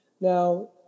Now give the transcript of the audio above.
now